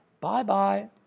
Bye-bye